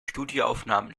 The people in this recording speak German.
studioaufnahmen